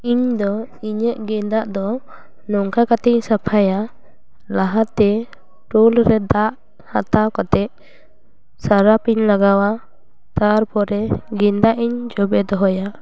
ᱤᱧᱫᱚ ᱤᱧᱟᱹᱜ ᱜᱮᱸᱫᱟᱜ ᱫᱚ ᱱᱚᱝᱠᱟ ᱠᱟᱛᱮᱧ ᱥᱟᱯᱷᱟᱭᱟ ᱞᱟᱦᱟ ᱛᱮ ᱰᱳᱞᱨᱮ ᱫᱟᱜ ᱦᱟᱛᱟᱣ ᱠᱟᱛᱮᱫ ᱥᱟᱨᱯᱷ ᱤᱧ ᱞᱟᱜᱟᱣᱟ ᱛᱟᱨᱯᱚᱨᱮ ᱜᱮᱸᱫᱟᱜ ᱤᱧ ᱡᱚᱵᱮ ᱫᱚᱦᱚᱭᱟ